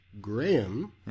Graham